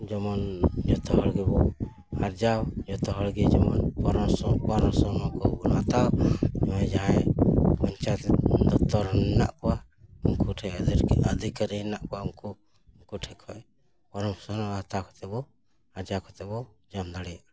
ᱡᱮᱢᱚᱱ ᱡᱚᱛᱚ ᱦᱚᱲ ᱜᱮᱵᱚ ᱟᱨᱡᱟᱣ ᱡᱚᱛᱚ ᱦᱚᱲ ᱜᱮ ᱡᱮᱢᱚᱱ ᱯᱚᱨᱚᱥᱚᱱ ᱯᱚᱨᱚᱥᱚᱱ ᱚᱱᱟ ᱠᱚᱵᱚᱱ ᱦᱟᱛᱟᱣ ᱱᱚᱜᱼᱚᱭ ᱡᱟᱦᱟᱸᱭ ᱯᱚᱧᱪᱟᱭᱮᱛ ᱨᱮᱱ ᱫᱚᱯᱛᱚᱨ ᱨᱮᱱ ᱦᱮᱱᱟᱜ ᱠᱚᱣᱟ ᱩᱱᱠᱩ ᱴᱷᱮᱱ ᱚᱫᱷᱤᱠᱟᱨ ᱟᱫᱷᱤᱠᱟᱨᱤ ᱦᱮᱱᱟᱜ ᱠᱚᱣᱟ ᱩᱱᱠᱩ ᱠᱚᱴᱷᱮᱱ ᱠᱷᱚᱱ ᱯᱚᱨᱟᱢᱚᱨᱥᱚ ᱦᱟᱛᱟᱣ ᱠᱟᱛᱮ ᱵᱚ ᱟᱨᱡᱟᱣ ᱠᱟᱛᱮ ᱵᱚ ᱡᱚᱢ ᱫᱟᱲᱮᱭᱟᱜᱼᱟ